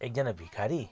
एकजना भिखारी